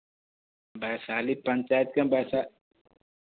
वैशाली पंचायत के वैशाली